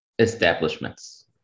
establishments